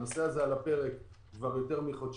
הנושא הזה על הפרק כבר יותר מחודשיים.